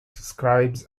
scribes